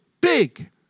big